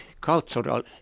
cultural